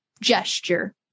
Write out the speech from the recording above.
gesture